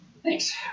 Thanks